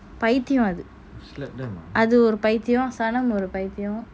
பைத்தியம் அது அது ஒரு பைத்தியம் சனம் ஒரு பைத்தியம்:paithiyam athu athu oru paithiyam sanam oru paithiyam